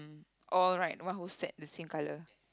all right one whole set the same color